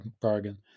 bargain